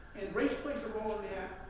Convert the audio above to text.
and race plays a role ah